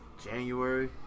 January